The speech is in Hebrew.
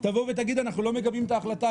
תבוא ותגיד: אנחנו לא מגבים את ההחלטה,